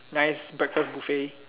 nice breakfast buffet